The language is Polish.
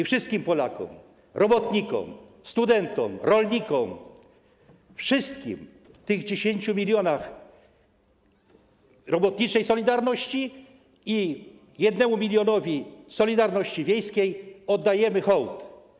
Wszystkim Polakom, robotnikom, studentom, rolnikom, wszystkim tym 10 mln robotniczej „Solidarności” i 1 mln „Solidarności Wiejskiej” oddajemy hołd.